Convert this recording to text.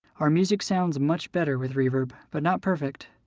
our music sounds much better with reverb, but not perfect.